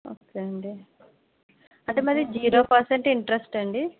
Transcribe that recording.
ఒకే అండి అంటే మాది జీరో పర్శంట్ ఇంట్రెస్ట్ అండి